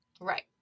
Right